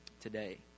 today